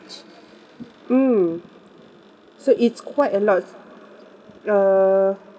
mm so it's quite a lot uh